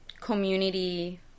community